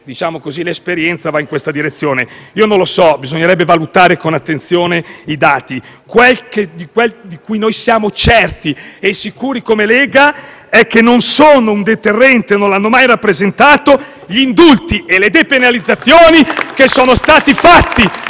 perché l'esperienza va in questa direzione. Non lo so, bisognerebbe valutare con attenzione i dati. Ciò di cui siamo certi e sicuri, come Lega, è che non sono un deterrente e non lo hanno mai rappresentato gli indulti e le depenalizzazioni fatti